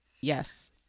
Yes